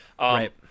Right